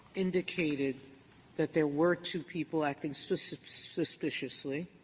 indicated that there were two people acting so so suspiciously.